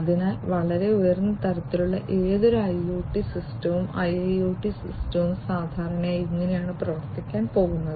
അതിനാൽ വളരെ ഉയർന്ന തലത്തിലുള്ള ഏതൊരു IoT സിസ്റ്റവും IIoT സിസ്റ്റവും സാധാരണയായി ഇങ്ങനെയാണ് പ്രവർത്തിക്കാൻ പോകുന്നത്